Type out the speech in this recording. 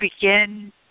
begin